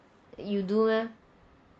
you do meh